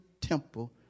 temple